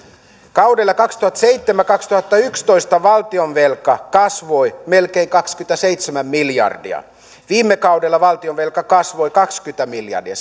kaudella kaksituhattaseitsemän viiva kaksituhattayksitoista valtionvelka kasvoi melkein kaksikymmentäseitsemän miljardia viime kaudella valtionvelka kasvoi kaksikymmentä miljardia